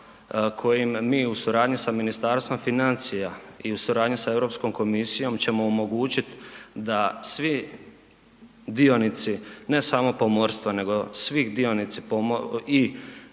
kojim mi u suradnji sa Ministarstvom financija i u suradnji sa Europskom komisijom ćemo omogućit da svi dionici ne samo pomorstva nego svi dionici i